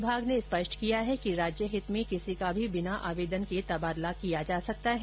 विभाग ने स्पष्ट किया है कि राज्य हित में किसी का भी बिना आवेदन के तबादला किया जा सकता है